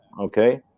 okay